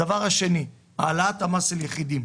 הדבר השני, העלאת המס על יחידים.